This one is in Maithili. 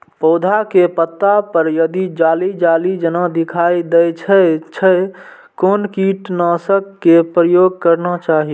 पोधा के पत्ता पर यदि जाली जाली जेना दिखाई दै छै छै कोन कीटनाशक के प्रयोग करना चाही?